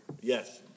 Yes